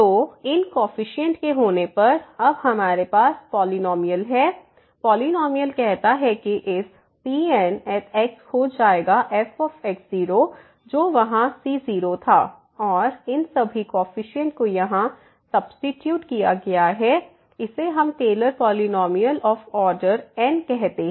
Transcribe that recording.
तो इन कॉफिशिएंट के होने पर अब हमारे पास पॉलिनॉमियल है पॉलिनॉमियल कहता है कि इस Pn हो जाएगा f जो वहाँ c0 था और इन सभी कॉफिशिएंट को यहाँ सब्सीट्यूट किया गया है इसे हम Taylor polynomial of order n Taylor's polynomial of ordern कहते हैं